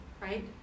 right